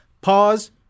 pause